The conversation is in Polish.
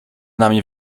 nami